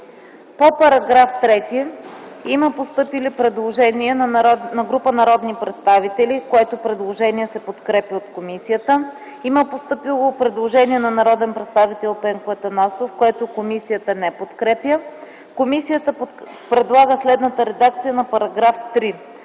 По § 3 има постъпило предложение от група народни представители, което се подкрепя от комисията. Има постъпило предложение на народния представител Пенко Атанасов, което комисията не подкрепя. Комисията предлага следната редакция на § 3: „§ 3.